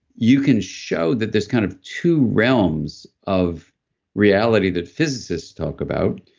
you can show that there's kind of two realms of reality that physicists talk about.